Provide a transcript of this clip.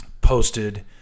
posted